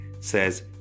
says